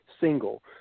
Single